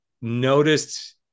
noticed